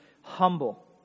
humble